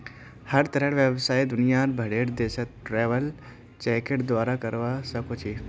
हर तरहर व्यवसाय दुनियार भरेर देशत ट्रैवलर चेकेर द्वारे करवा सख छि